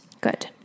Good